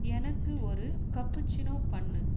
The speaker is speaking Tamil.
எனக்கு ஒரு கப்புசினோ பண்ணு